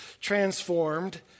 transformed